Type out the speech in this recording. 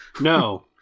No